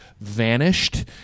vanished